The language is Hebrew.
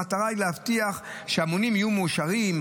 המטרה היא להבטיח שבכל עת המונים יהיו מאושרים,